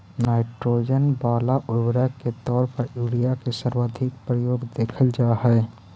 nitrogen वाला उर्वरक के तौर पर यूरिया के सर्वाधिक प्रयोग देखल जा हइ